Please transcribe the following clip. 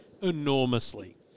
enormously